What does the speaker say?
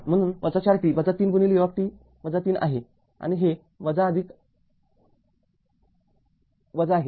म्हणून ४t - ३ ut ३ आहे आणि हे आहे